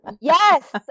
Yes